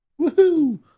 Woohoo